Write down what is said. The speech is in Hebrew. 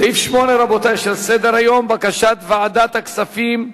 סעיף 8, רבותי, של סדר-היום: בקשת ועדת הכספים,